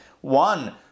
one